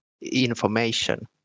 information